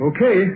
Okay